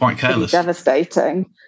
devastating